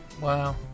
Wow